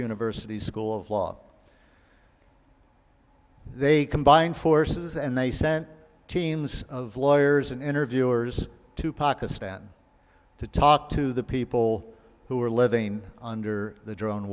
university's school of law they combined forces and they sent teams of lawyers and interviewers to pakistan to talk to the people who were living under the dr